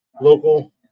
local